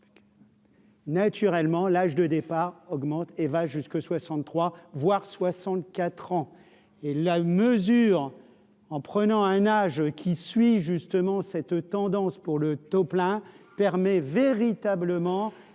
Naturellement, l'âge de départ augmente et va jusque 63 voire 64 ans, et la mesure en prenant à un âge qui suit justement cette tendance pour le taux plein permet véritablement